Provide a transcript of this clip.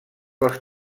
dels